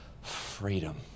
freedom